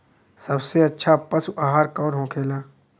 सबसे अच्छा पशु आहार कौन होखेला?